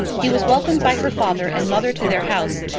he was welcomed by her father and mother to their house,